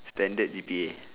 standard G_P_A